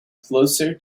closer